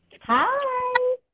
Hi